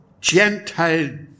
Gentile